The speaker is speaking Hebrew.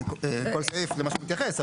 כל סעיף למה שהוא מתייחס,